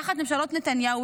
תחת ממשלות נתניהו,